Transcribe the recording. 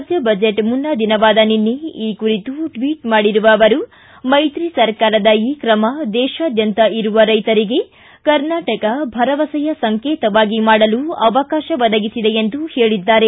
ರಾಜ್ಯ ಬಜೆಟ್ ಮುನ್ನಾ ದಿನವಾದ ನಿನ್ನೆ ಈ ಕುರಿತು ಟ್ವಿಟ್ ಮಾಡಿರುವ ಅವರು ಮೈತ್ರಿ ಸರ್ಕಾರದ ಈ ಕ್ರಮ ದೇಶಾದ್ಯಂತ ಇರುವ ರೈತರಿಗೆ ಕರ್ನಾಟಕ ಭರವಸೆಯ ಸಂಕೇತವಾಗಿ ಮಾಡಲು ಅವಕಾತ ಒದಗಿಸಿದೆ ಎಂದು ಹೇಳಿದ್ದಾರೆ